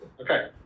Okay